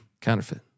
counterfeit